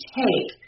take